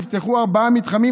נפתחו 4 מתחמים,